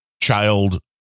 child